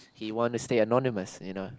he wanna stay anonymous you know